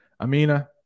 Amina